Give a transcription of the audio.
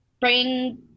bring